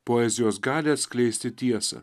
poezijos galią atskleisti tiesą